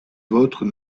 vôtres